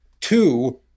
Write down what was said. Two